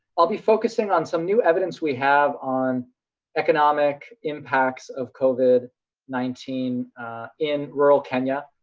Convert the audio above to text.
i'll be focusing on some new evidence we have on economic impacts of covid nineteen in rural kenya.